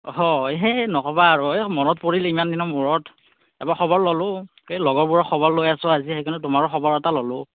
অ এই নক'বা আৰু এই মনত পৰিল ইমান দিনৰ মূৰত এবাৰ খবৰ ল'লোঁ এই লগৰবোৰৰ খবৰ লৈ আছোঁ আজি সেইকাৰণে তোমাৰো খবৰ এটা ল'লোঁ